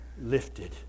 lifted